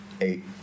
Eight